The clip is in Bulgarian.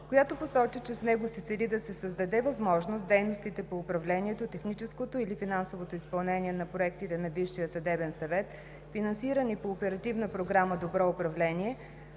която посочи, че с него се цели да се създаде възможност дейностите по управлението, техническото или финансовото изпълнение на проектите на Висшия съдебен съвет, финансирани по Оперативна програма „Добро управление“,